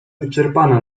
wyczerpana